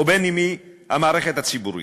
בין אם היא המערכת הציבורית.